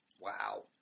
Wow